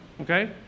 Okay